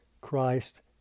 Christ